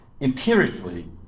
empirically